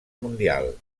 mundial